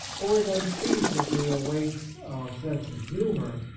or it unseasonably awakes our sense of humour,